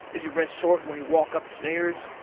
is your breath short when you walk up stairs?